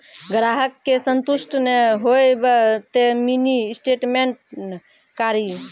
ग्राहक के संतुष्ट ने होयब ते मिनि स्टेटमेन कारी?